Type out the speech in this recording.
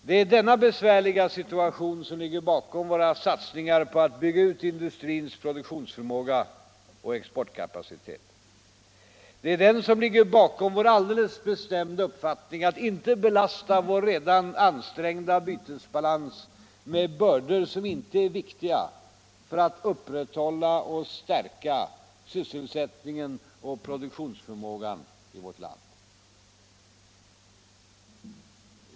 Det är denna besvärliga situation som ligger bakom våra satsningar på att bygga ut industrins produktionsförmåga och exportkapacitet. Det är den som ligger bakom vår alldeles bestämda uppfattning att vi inte skall belasta vår redan ansträngda bytesbalans med bördor som inte är viktiga för att upprätthålla och stärka sysselsättningen och produktionsförmågan i vårt land.